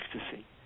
ecstasy